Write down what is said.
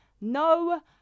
No